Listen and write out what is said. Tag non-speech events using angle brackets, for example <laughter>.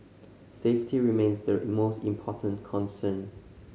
safety remains the <unintelligible> most important concern